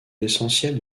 l’essentiel